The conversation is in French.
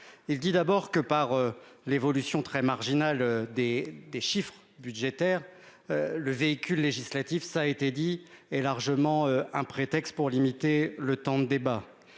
Il dit d'abord que par l'évolution très marginal. Des des chiffres budgétaires. Le véhicule législatif ça a été dit et largement un prétexte pour limiter le temps de débat.